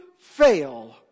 fail